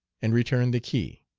and returned the key.